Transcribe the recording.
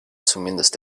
zumindest